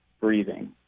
breathing